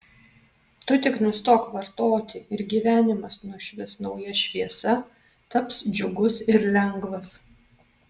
tu tik nustok vartoti ir gyvenimas nušvis nauja šviesa taps džiugus ir lengvas